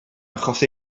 achos